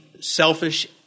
selfish